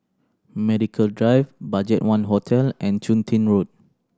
Medical Drive BudgetOne Hotel and Chun Tin Road